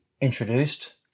introduced